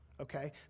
okay